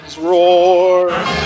roar